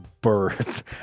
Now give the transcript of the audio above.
Birds